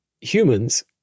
humans